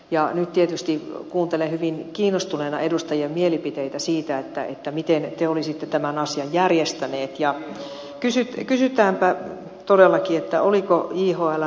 nyt tietysti kuuntelen hyvin kiinnostuneena edustajien mielipiteitä siitä miten te olisitte tämän asian järjestäneet ja kysytäänpä todellakin oliko jhln vaihtoehto todellinen